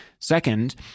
Second